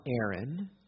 Aaron